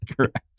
Correct